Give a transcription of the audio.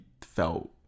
felt